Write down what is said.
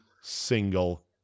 single